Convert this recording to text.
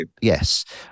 yes